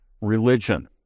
religion